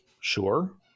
sure